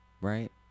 Right